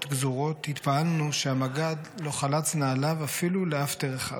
גזורות / התפעלנו שהמג"ד לא חלץ נעליו אפילו לאפטר אחד /